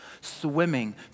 swimming